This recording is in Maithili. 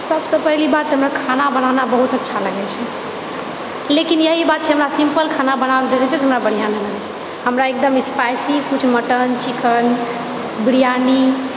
सबसँ पहिल बात हमरा खाना बनाना बहुत अच्छा लगैत छै लेकिन इएह बात छै हमरा सिम्पल खाना बनावऽ लऽदेइ छै तऽ हमरा बढ़िआँ नहि लगैत छै हमरा एकदम स्पाइसी किछु मटन चिकन बिरयानी